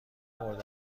مورد